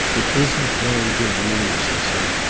it isn't very good news, he said.